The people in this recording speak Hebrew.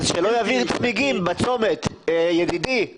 אז שלא יבעיר צמיגים בצומת, ידידי.